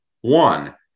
one